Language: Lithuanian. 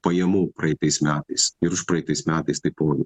pajamų praeitais metais ir užpraeitais metais taipogi